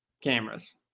cameras